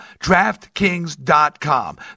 DraftKings.com